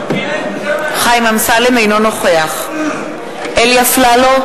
אינו נוכח אלי אפללו,